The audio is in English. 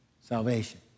Salvation